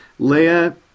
Leia